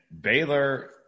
Baylor